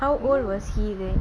how old was he then